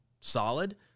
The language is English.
solid